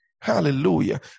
Hallelujah